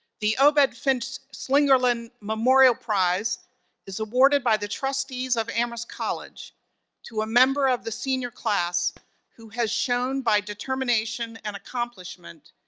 the obed finch slingerland memorial prize is awarded by the trustees of amherst college to a member of the senior class who has shown by determination and accomplishment,